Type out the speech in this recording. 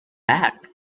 back